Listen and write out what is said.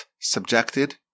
subjected